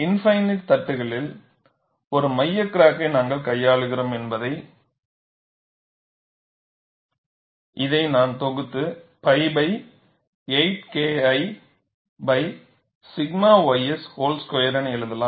infinite தட்டில் ஒரு மைய கிராக்கை நாங்கள் கையாளுகிறோம் என்பதால் இதை நான் தொகுத்து pi 8 KI 𝛔 ys whole square என எழுதலாம்